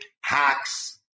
hacks